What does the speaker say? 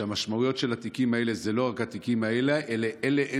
שהמשמעויות של התיקים האלה זה לא רק התיקים האלה אלא הם